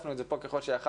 הצפנו את זה פה ככל שיכולנו.